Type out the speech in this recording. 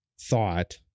thought